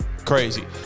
Crazy